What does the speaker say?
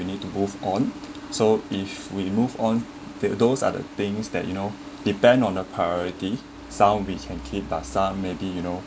you need to move on so if we move on the those are the things that you know depend on a priority sound which can keep dasar maybe you know